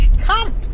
come